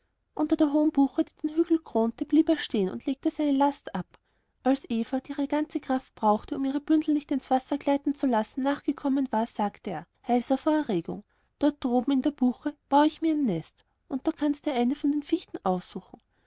unter der hohen buche die den hügel krönte blieb er stehen und legte seine last ab als eva die ihre ganze kraft brauchte um ihre bündel nicht ins wasser gleiten zu lassen nachgekommen war sagte er heiser vor erregung da droben in der buche bau ich mir ein nest und du kannst dir eine von den fichten aussuchen